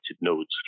nodes